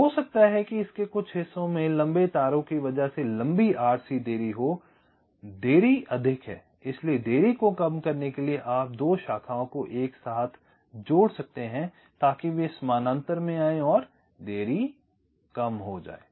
हो सकता है कि इसके कुछ हिस्सों में लंबे तारों की वजह से लंबी RC देरी हो देरी अधिक है इसलिए देरी को कम करने के लिए आप 2 शाखाओं को एक साथ जोड़ सकते हैं ताकि वे समानांतर में आएं और देरी कम हो जाए